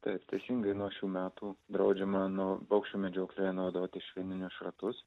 taip teisingai nuo šių metų draudžiama nu paukščių medžioklėje naudoti švininius šratus